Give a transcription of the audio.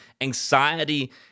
anxiety